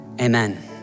amen